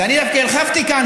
ואני דווקא הרחבתי כאן,